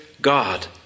God